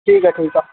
ठीकु आहे ठीकु आहे